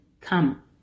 come